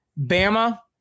Bama –